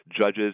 judges